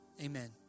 amen